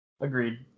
Agreed